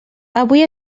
avui